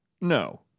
No